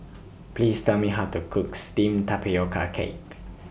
Please Tell Me How to Cook Steamed Tapioca Cake